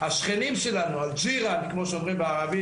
השכנים שלנו אל-ג'יראן, כמו שאומרים בערבית